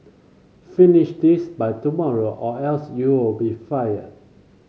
finish this by tomorrow or else you'll be fired